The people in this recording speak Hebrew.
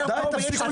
די עם